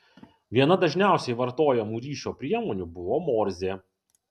viena dažniausiai vartojamų ryšio priemonių buvo morzė